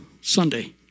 Sunday